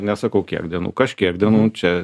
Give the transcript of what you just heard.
nesakau kiek dienų kažkiek dienų čia